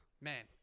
Man